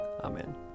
Amen